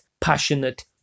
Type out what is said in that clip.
passionate